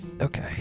Okay